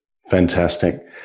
Fantastic